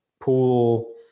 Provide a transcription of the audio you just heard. pool